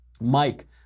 Mike